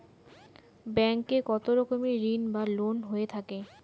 Bank এ কত রকমের ঋণ বা লোন হয়ে থাকে?